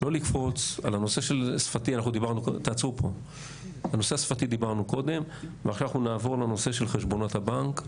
הנושא השפתי דיברנו קודם ועכשיו אנחנו נעבור לנושא של חשבונות הבנק.